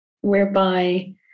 whereby